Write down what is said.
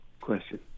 question